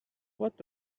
what